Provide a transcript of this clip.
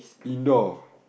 indoor